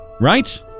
Right